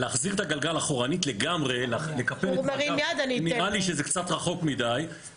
הגלגל אחורנית לגמרי, נראה לי שזה קצת רחוק מידי.